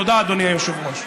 תודה, אדוני היושב-ראש.